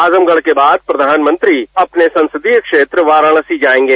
आजमगढ़ के बाद प्रधानमंत्री अपने संसदीय क्षेत्र वाराणसी जायेंगे